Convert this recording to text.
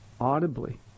audibly